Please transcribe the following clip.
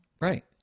Right